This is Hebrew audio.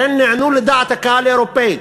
הן נענו לדעת הקהל האירופית.